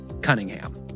Cunningham